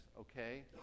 okay